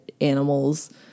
animals